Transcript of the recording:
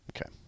Okay